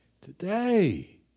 Today